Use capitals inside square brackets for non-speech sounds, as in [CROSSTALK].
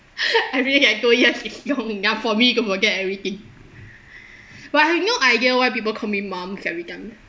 [LAUGHS] I really I two years is long enough for me to forget everything [BREATH] but I no idea why people call me mom every time